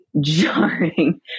jarring